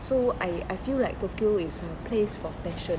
so I I feel like tokyo isn't a place for pension